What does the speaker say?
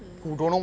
mm